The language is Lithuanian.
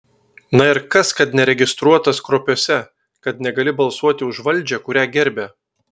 na ir kas kad neregistruotas kruopiuose kad negali balsuoti už valdžią kurią gerbia